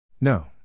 No